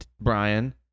Brian